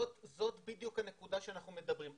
זאת בדיוק הנקודה שעליה אנחנו מדברים.